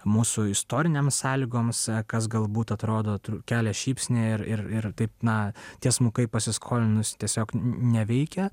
mūsų istorinėms sąlygoms kas galbūt atrodo kelia šypsnį ir ir taip na tiesmukai pasiskolinus tiesiog neveikia